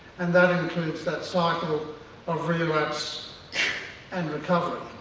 and that includes that cycle of relapse and recovery